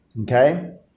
Okay